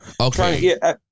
Okay